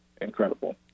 incredible